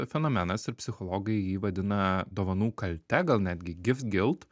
fenomenas ir psichologai jį vadina dovanų kalte gal netgi gift gilt